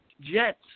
Jets